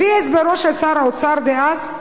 לפי הסברו של שר האוצר דאז,